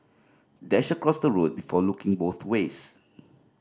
dash across the road before looking both ways